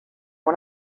one